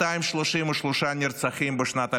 233 נרצחים בשנת 2023,